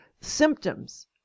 symptoms